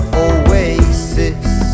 oasis